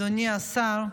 אדוני השר,